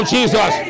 Jesus